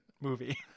movie